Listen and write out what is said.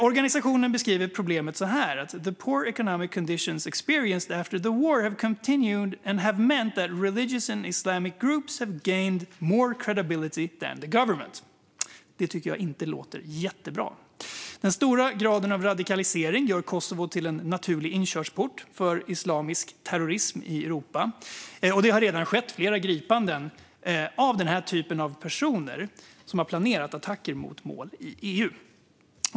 Organisationen beskriver problemet så här: The poor economic conditions experienced after the war have continued, and have meant that religious and political Islamic groups have gained more credibility than the government. Det tycker jag inte låter jättebra. Den höga graden av radikalisering gör Kosovo till en naturlig inkörsport för islamisk terrorism i Europa, och det har redan skett flera gripanden av denna typ av personer som har planerat attacker mot mål i EU.